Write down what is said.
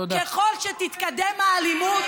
ככל שתתקדם האלימות,